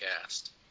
Cast